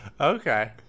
Okay